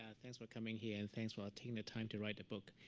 ah thanks for coming here. and thanks for taking the time to write the book.